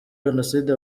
jenoside